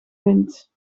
wind